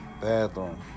bathroom